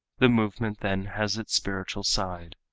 the movement then has its spiritual side.